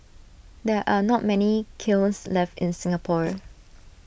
there are not many kilns left in Singapore